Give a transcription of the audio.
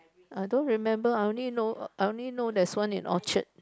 I don't remember I only know I only know there's one in Orchard